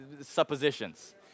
suppositions